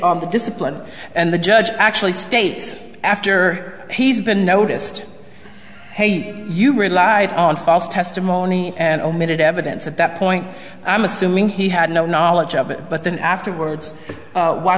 on the discipline and the judge actually states after he's been noticed you relied on false testimony and omitted evidence at that point i'm assuming he had no knowledge of it but then afterwards why w